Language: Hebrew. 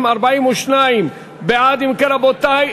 נגד?